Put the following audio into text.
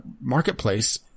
marketplace